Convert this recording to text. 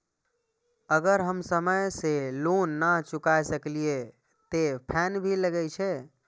अगर हम समय से लोन ना चुकाए सकलिए ते फैन भी लगे छै?